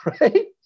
right